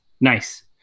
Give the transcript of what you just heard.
Nice